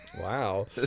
Wow